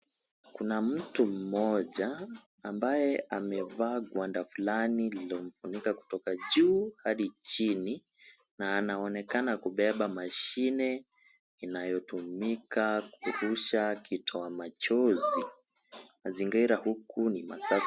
Kuna mtu mmoja, ambaye amevaa gwanda fulani lililomfunika kutoka juu hadi chini na anaonekana kubeba mashine inayotumika kurusha kitoa machozi. Mazingira huku ni masafi.